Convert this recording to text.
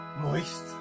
moist